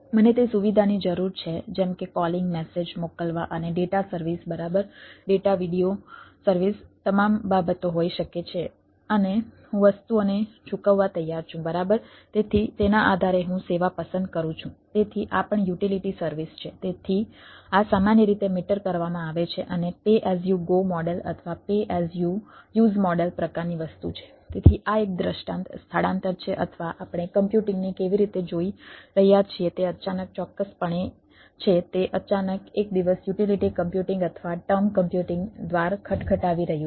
મને તે સુવિધાની જરૂર છે જેમ કે કૉલિંગ કમ્પ્યુટિંગ દ્વાર ખટખટાવી રહ્યું છે